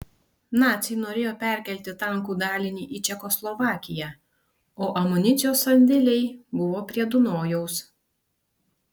naciai norėjo perkelti tankų dalinį į čekoslovakiją o amunicijos sandėliai buvo prie dunojaus